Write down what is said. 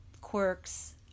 quirks